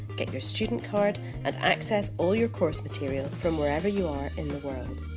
get your student card and access all your course material from wherever you are in the world.